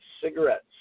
cigarettes